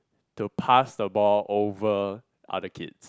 to pass the ball over other kids